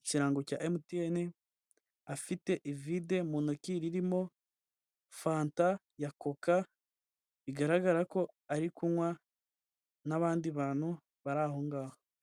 ikirango cya mtn afite ivide mu ntoki ririmo fanta ya coca bigaragara ko ari kunywa n'abandi bantu bari aho ngaho.